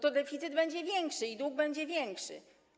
To deficyt będzie większy i dług będzie większy.